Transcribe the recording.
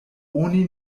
oni